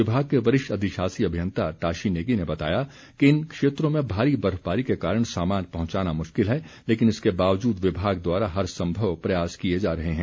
विभाग के वरिष्ठ अधिशाषी अभियंता टाशी नेगी ने बताया कि इन क्षेत्रों में भारी बर्फबारी के कारण सामान पहुंचाना मुश्किल है लेकिन इसके बावजूद विभाग द्वारा हर संभव प्रयास किए जा रहे हैं